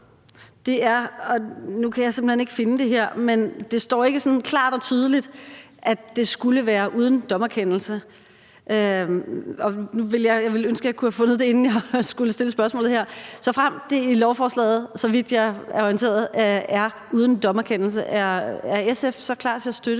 nu kan jeg simpelt hen ikke finde det her – står det ikke sådan klart og tydeligt for mig, at det skulle være uden dommerkendelse. Nu ville jeg ønske, at jeg kunne have fundet det, inden jeg skulle stille spørgsmålet her. Såfremt det i lovforslaget, så vidt jeg er orienteret, er uden